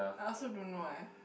I also don't know why